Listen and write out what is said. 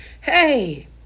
Hey